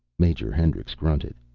major hendricks grunted.